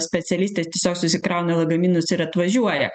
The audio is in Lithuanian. specialistas tiesiog susikrauna lagaminus ir atvažiuoja